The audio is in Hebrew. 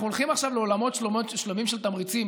אנחנו הולכים עכשיו לעולמות שלמים של תמריצים.